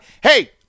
hey